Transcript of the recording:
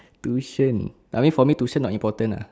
tuition I mean for me tuition not important lah